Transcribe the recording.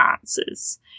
answers